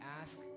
ask